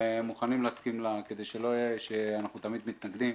מוכנים להסכים לה כדי שלא יהיה שתמיד אנחנו מתנגדים.